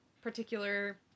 Particular